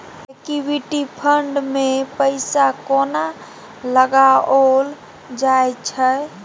Equity fund मे पैसा कोना लगाओल जाय छै?